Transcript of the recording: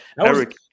Eric